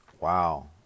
wow